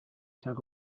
tug